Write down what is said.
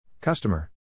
Customer